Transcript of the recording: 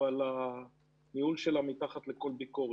אבל הניהול שלה הוא מתחת לכל ביקורת.